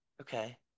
okay